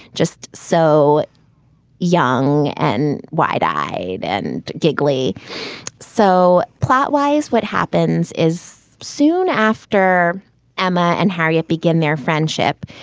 just so young and wide eyed and gigli so plot wise, what happens is soon after emma and harriet begin their friendship,